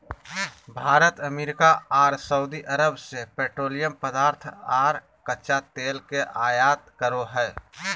Bharat America आर Saudi Arab से petroleum पदार्थ आर कच्चा तेल के आयत करो हय